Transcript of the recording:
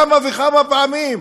כמה וכמה פעמים.